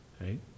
Right